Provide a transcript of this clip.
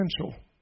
potential